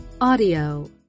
audio